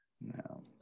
No